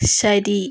ശരി